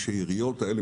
השאריות האלה,